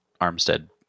Armstead